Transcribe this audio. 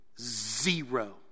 zero